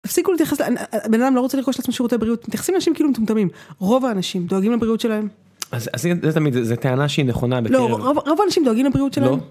תפסיקו להתייחס לזה בן אדם לא רוצה לרכוש לעצמו שירותי בריאות? מתייחסים לאנשים כאילו הם מטומטמים, רוב האנשים דואגים לבריאות שלהם? אז זה תמיד זה טענה שהיא נכונה בקרב... לא, רוב האנשים דואגים לבריאות שלהם? לא